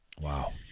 Wow